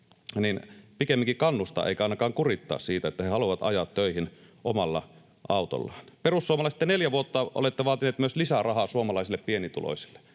pikemminkin kannustaa eikä ainakaan kurittaa siitä, että he haluavat ajaa töihin omalla autollaan. Perussuomalaiset, te neljä vuotta olette vaatineet myös lisää rahaa suomalaisille pienituloisille.